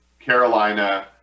Carolina